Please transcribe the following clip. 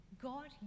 God